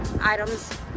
items